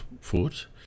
foot